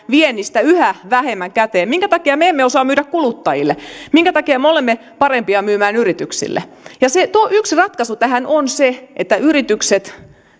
viennistä yhä vähemmän käteen minkä takia me emme osaa myydä kuluttajille minkä takia me olemme parempia myymään yrityksille yksi ratkaisu tähän on se että yritykset